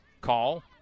Call